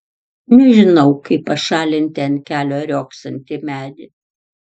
nežinau kaip pašalinti ant kelio riogsantį medį